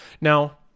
Now